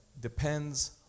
depends